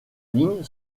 ligne